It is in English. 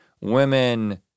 women